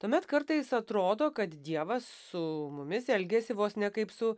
tuomet kartais atrodo kad dievas su mumis elgiasi vos ne kaip su